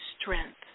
strength